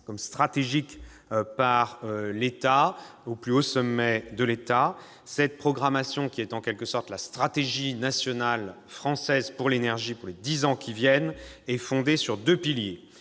comme stratégique au plus haut sommet de l'État, cette PPE, qui est en quelque sorte la stratégie nationale française pour l'énergie pour les dix ans à venir, est fondée sur deux piliers